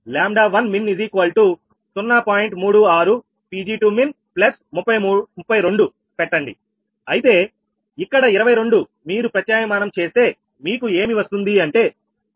36 𝑃𝑔2min32 పెట్టండి అయితే ఇక్కడ 22 మీరు ప్రత్యామ్న్యాయం చేస్తే మీకు ఏమి వస్తుంది అంటే 𝜆2 𝜆2𝑚in0